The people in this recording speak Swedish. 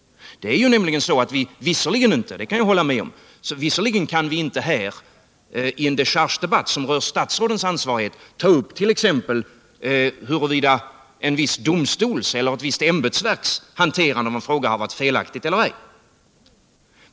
Visserligen kan vi inte här — det kan jag hålla med om — i en dechargedebatt som rör statsrådens ansvarighet ta upp t.ex. huruvida en viss domstols eller ett visst ämbetsverks hanterande av en fråga har varit felaktigt eller ej.